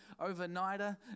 overnighter